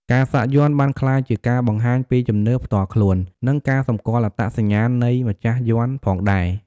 ការសាក់យ័ន្តបានក្លាយជាការបង្ហាញពីជំនឿផ្ទាល់ខ្លួន និងការសម្គាល់អត្តសញ្ញាណនៃម្ចាស់យ័ន្តផងដែរ។